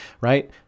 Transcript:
right